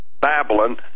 Babylon